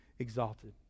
exalted